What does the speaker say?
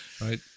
right